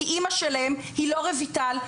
כי אימא שלהם היא לא רויטל,